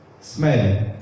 Smell